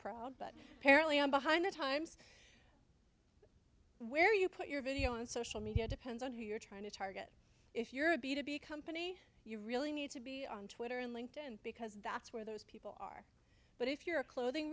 proud but apparently i'm behind the times where you put your video on social media depends on who you're trying to target if you're a b to b company you really need to be on twitter and linked and because that's where those people are but if you're a clothing